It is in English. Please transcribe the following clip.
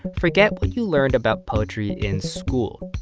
forget what you learned about poetry in school.